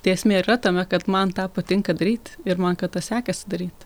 tai esmė ir yra tame kad man tą patinka daryt ir man kad tą sekasi daryt